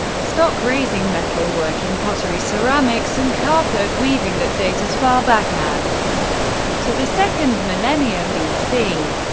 stock raising, metal working, pottery, ceramics, and carpet-weaving that date as far back as to the second millennium bc.